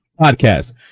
podcast